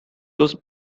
those